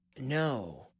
No